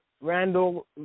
Randall